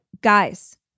guys